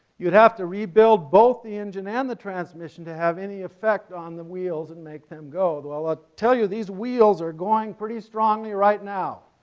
you'd have to rebuild both the engine and the transmission to have any effect on the wheels and make them go. well i'll tell you these wheels are going pretty strongly right now,